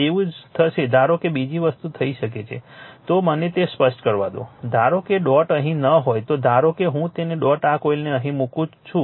એવું જ થશે ધારો કે બીજી વસ્તુ થઈ શકે છે તો મને તે સ્પષ્ટ કરવા દો ધારો કે ડોટ અહીં ન હોય તો ધારો કે હું તે ડોટ આ કોઇલને અહીં મૂકું છું